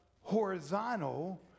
horizontal